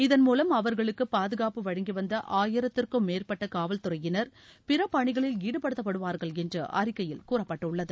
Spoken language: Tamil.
இதன் மூலம் அவா்களுக்கு பாதுகாப்பு வழங்கிவந்த ஆயிரத்திற்கும் மேற்பட்ட காவல்துறையினா் பிற பணிகளில் ஈடுபடுத்தப்படுவார்கள் என்று அறிக்கையில் கூறப்பட்டுள்ளது